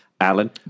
Alan